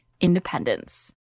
independence